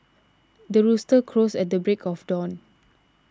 the rooster crows at the break of dawn